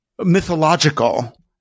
mythological